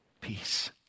peace